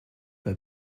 pas